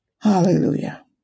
Hallelujah